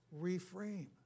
reframe